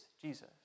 Jesus